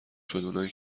شد، اونایی